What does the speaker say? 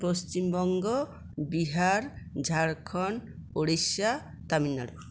Paschimbanga Bihar Jharkhand Orissa Tamil Nadu